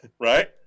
Right